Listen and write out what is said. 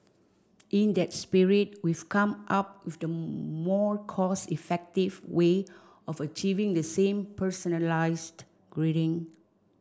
in that spirit we've come up with a more cost effective way of achieving the same personalised greeting